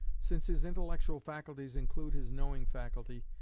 since his intellectual faculties include his knowing faculty,